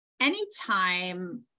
Anytime